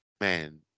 Man